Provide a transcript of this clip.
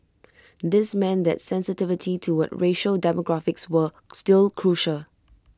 this meant that sensitivity toward racial demographics was still crucial